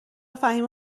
فهیمه